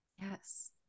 Yes